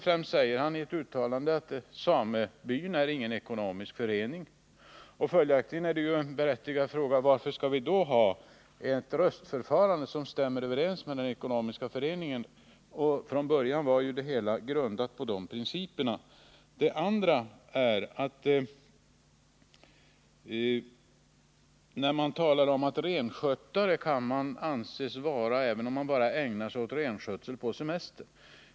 Först säger han i ett uttalande att samebyn inte är någon ekonomisk förening. Följaktligen är en berättigad fråga: Varför skall vi då ha ett röstförfarande där som stämmer överens med den ekonomiska föreningens? — Från början var ju bestämmelserna för samebyn grundade på de principerna. — Det andra uttalandet är att man kan anses vara renskötare även om man bara ägnar sig åt renskötseln på semester.